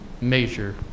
major